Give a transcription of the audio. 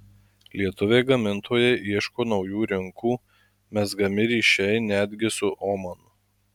lietuviai gamintojai ieško naujų rinkų mezgami ryšiai netgi su omanu